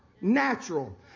natural